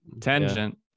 Tangent